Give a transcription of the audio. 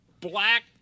black